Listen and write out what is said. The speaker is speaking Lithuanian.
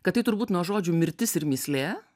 kad tai turbūt nuo žodžių mirtis ir mįslė